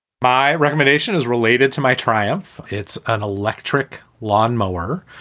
my recommendation is related to my triumph. it's an electric lawnmower.